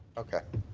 okay.